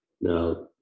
Now